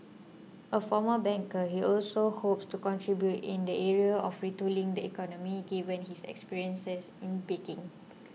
a former banker he also hopes to contribute in the area of retooling the economy given his experiences in baking